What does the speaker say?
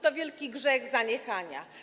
To wielki grzech zaniechania.